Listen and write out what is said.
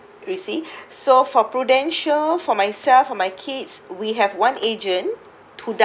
you see so for prudential for myself for my kids we have one agent to